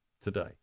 today